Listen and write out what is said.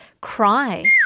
cry